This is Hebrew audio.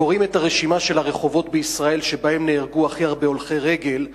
כשקוראים את רשימת הרחובות בישראל שבהם נהרגו הכי הרבה הולכי רגל,